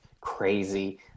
crazy